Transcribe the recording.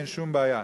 אין שום בעיה,